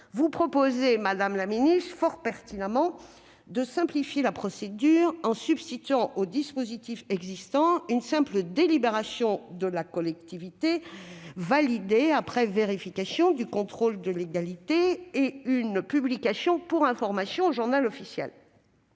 Vous proposez d'abord, fort pertinemment, de simplifier la procédure, en substituant au dispositif existant une simple délibération de la collectivité, validée après vérification du contrôle de légalité et publiée pour information au. La seconde